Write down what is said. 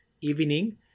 evening